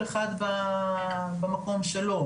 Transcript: וכל אחד מהמקום שלו.